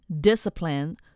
discipline